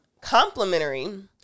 Complementary